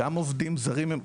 גם עובדים זרים הם,